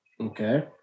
Okay